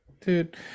Dude